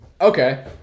Okay